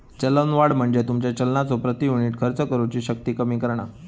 चलनवाढ म्हणजे तुमचा चलनाचो प्रति युनिट खर्च करुची शक्ती कमी करणा